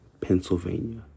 Pennsylvania